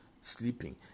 sleeping